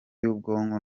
y’ubwonko